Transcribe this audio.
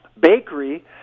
Bakery